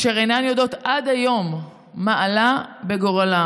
והן אינן יודעות עד היום מה עלה בגורלם.